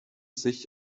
sich